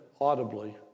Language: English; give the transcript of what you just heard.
audibly